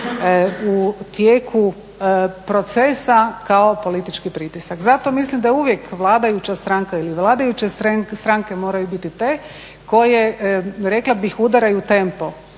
u tijeku procesa kao politički pritisak. Zato mislim da je uvijek vladajuća stranka ili vladajuće stranke moraju biti te koje rekla bih udaraju tempo